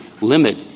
limit